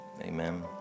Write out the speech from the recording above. Amen